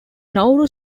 nauru